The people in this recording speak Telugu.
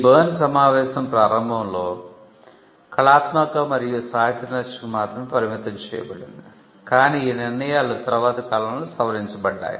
బెర్న్ సమావేశం ప్రారంభంలో కళాత్మక మరియు సాహిత్య రచనలకు మాత్రమే పరిమితం చేయబడింది కానీ ఈ నిర్ణయాలు తర్వాత కాలంలో సవరించబడ్డాయి